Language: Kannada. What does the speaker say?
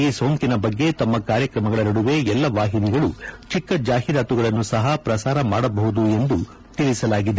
ಈ ಸೋಂಕಿನ ಬಗ್ಗೆ ತಮ್ಮ ಕಾರ್ಯಕ್ರಮಗಳ ನಡುವೆ ಎಲ್ಲ ವಾಹಿನಿಗಳು ಚಿಕ್ಸ ಜಾಹಿರಾತುಗಳನ್ನು ಸಹ ಪ್ರಸಾರ ಮಾಡಬಹುದು ಎಂದು ತಿಳಿಸಲಾಗಿದೆ